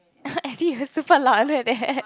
adeline you super loud eh look at that